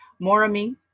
Morami